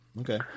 Okay